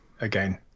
again